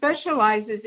specializes